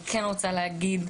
אני כן רוצה להגיד,